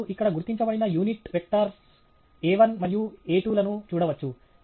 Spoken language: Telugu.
మీరు ఇక్కడ గుర్తించబడిన యూనిట్ వెక్టర్స్ a1 మరియు a2 లను చూడవచ్చు